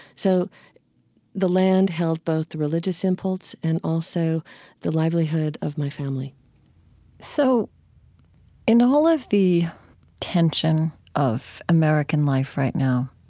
so the land held both the religious impulse and also the livelihood of my family so in all of the tension of american life right now,